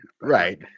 Right